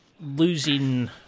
losing